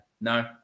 No